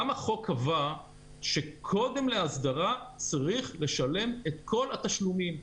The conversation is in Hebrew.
גם החוק קבע שקודם להסדרה צריך לשלם את כל התשלומים.